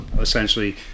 essentially